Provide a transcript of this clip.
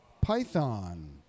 python